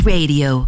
Radio